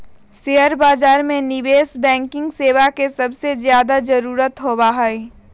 share बाजार में निवेश बैंकिंग सेवा के सबसे ज्यादा जरूरत होबा हई